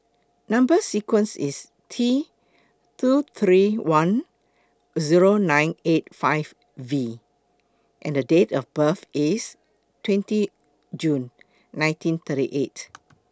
Number sequence IS T two three one Zero nine eight five V and Date of birth IS twenty June nineteen thirty eight